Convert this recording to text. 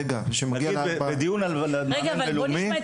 רגע, בואו נשמע את